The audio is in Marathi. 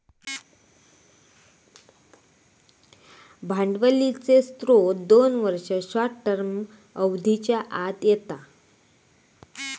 भांडवलीचे स्त्रोत दोन वर्ष, शॉर्ट टर्म अवधीच्या आत येता